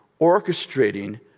orchestrating